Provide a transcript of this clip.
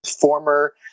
former